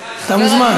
אתה מוזמן.